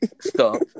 stop